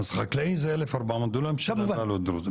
אז חקלאי זה אלף ארבע מאות דונם בבעלות דרוזים,